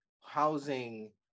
housing